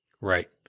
Right